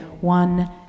one